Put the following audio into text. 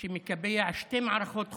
שמקבע שתי מערכות חוק,